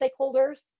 stakeholders